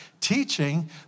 teaching